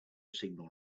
signal